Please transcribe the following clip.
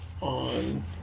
on